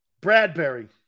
Bradbury